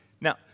Now